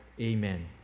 Amen